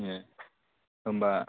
ए होनबा